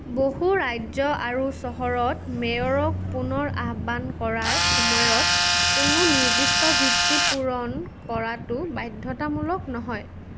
বহু ৰাজ্য আৰু চহৰত মেয়ৰক পুনৰ আহ্বান কৰাৰ সময়ত কোনো নিৰ্দিষ্ট ভিত্তি পূৰণ কৰাটো বাধ্যতামূলক নহয়